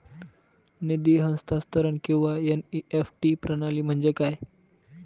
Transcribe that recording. निधी हस्तांतरण किंवा एन.ई.एफ.टी प्रणाली म्हणजे काय?